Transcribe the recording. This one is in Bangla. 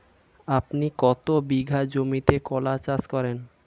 আপনি কত বিঘা জমিতে কলা চাষ করেন?